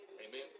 Amen